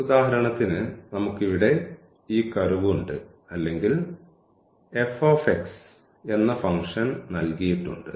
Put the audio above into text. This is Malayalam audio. ഉദാഹരണത്തിന് നമുക്ക് ഇവിടെ ഈ കർവ് ഉണ്ട് അല്ലെങ്കിൽ f എന്ന ഫംഗ്ഷൻ നൽകിയിട്ടുണ്ട്